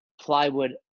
plywood